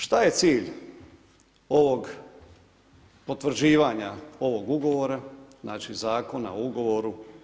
Što je cilj ovog potvrđivanja ovog Ugovora, znači Zakona o ugovoru?